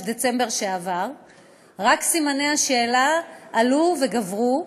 דצמבר שעבר סימני השאלה רק עלו וגברו,